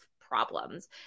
problems